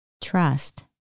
Trust